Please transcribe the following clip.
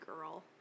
girl